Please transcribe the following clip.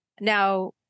Now